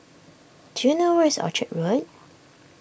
do you know where is Orchard Road